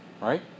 Right